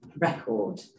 record